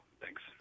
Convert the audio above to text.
Thanks